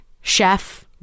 chef